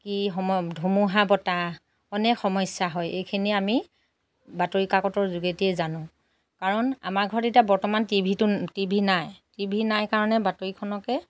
কি ধুমুহা বতাহ অনেক সমস্যা হয় এইখিনি আমি বাতৰি কাকতৰ যোগেদিয়ে জানো কাৰণ আমাৰ ঘৰত এতিয়া বৰ্তমান টিভিটো টি ভি নাই টি ভি নাই কাৰণে বাতৰিখনকে